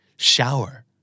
Shower